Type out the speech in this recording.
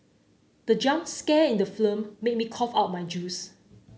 the jump scare in the film made me cough out my juice